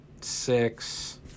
six